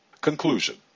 Conclusion